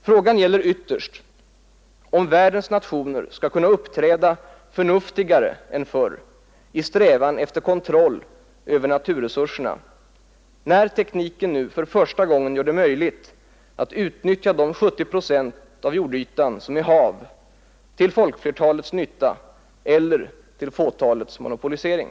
Frågan gäller ytterst om världens nationer skall kunna uppträda förnuftigare än förr i strävan efter kontroll över naturresurserna — när tekniken för första gången gör det möjligt att utnyttja de 70 procent av jordytan som är hav — till folkflertalets nytta eller till fåtalets monopolställning.